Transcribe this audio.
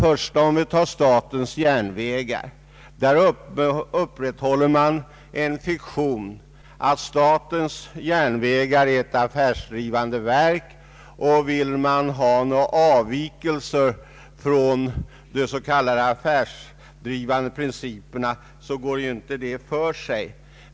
Först och främst har vi statens järnvägar, där man upprätthåller fiktionen att statens järnvägar är ett affärsdrivande verk som inte kan tillåta några avvikelser från de s.k. affärsmässiga principerna.